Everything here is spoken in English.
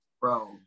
Bro